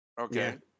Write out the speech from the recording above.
Okay